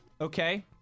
Okay